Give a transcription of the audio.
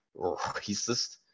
racist